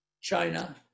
China